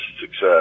success